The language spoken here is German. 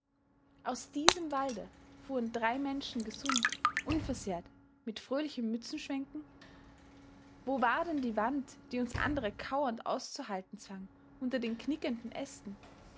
aus diesem walde fuhren drei menschen gesund unversehrt mit fröhlichem mützenschwenken wo war denn die wand die uns andere kauernd auszuhalten zwang unter den knickenden ästen